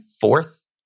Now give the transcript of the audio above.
fourth